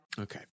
Okay